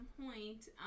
point